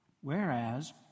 whereas